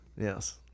Yes